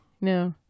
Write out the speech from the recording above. No